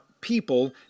people